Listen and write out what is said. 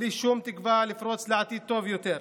בלי שום תקווה לפרוץ לעתיד טוב יותר.